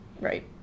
right